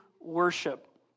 worship